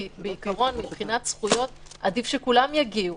כי בעיקרון מבחינת זכויות עדיף שכולם יגיעו,